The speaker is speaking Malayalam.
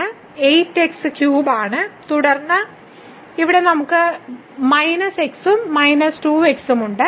8 x ക്യൂബാണ് തുടർന്ന് ഇവിടെ നമുക്ക് മൈനസ് x ഉം മൈനസ് 2 x ഉം ഉണ്ട്